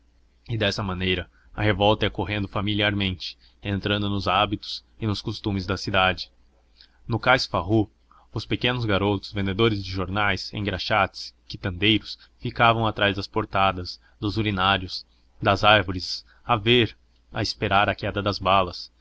e dessa maneira a revolta ia familiarmente entrando nos hábitos e nos costumes da cidade nos cais pharoux os pequenos garotos vendedores de jornais engraxates quitandeiros ficavam atrás das portadas dos urinários das árvores a ver a esperar a queda das balas